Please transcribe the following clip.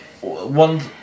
one